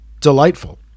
delightful